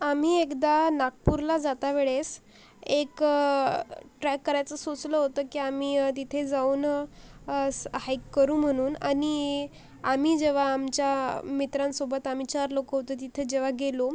आम्ही एकदा नागपूरला जाता वेळेस एक ट्राय करायचं सुचलं होतं की आम्ही तिथे जाऊन हाईक करू म्हणून आणि आम्ही जेव्हा आमच्या मित्रांसोबत आम्ही चार लोक होतो तिथे जेव्हा गेलो